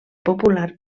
popular